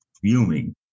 fuming